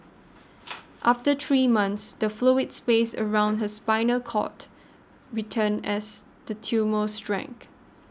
after three months the fluid space around her spinal cord returned as the tumour shrank